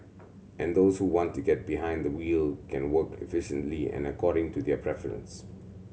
and those who want to get behind the wheel can work efficiently and according to their preferences